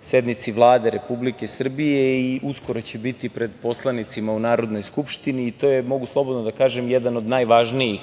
sednici Vlade Republike Srbije i uskoro će biti pred poslanicima u Narodnoj skupštini. To je, mogu slobodno da kažem jedan od najvažnijih